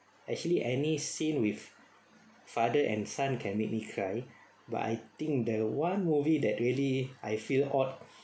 actually any scene with father and son can make me cry but I think the one movie that really I feel odd